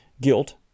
Guilt